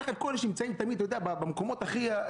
קח את כל אלה שנמצאים תמיד במקומות האלה,